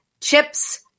chips